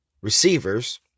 receivers